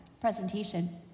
presentation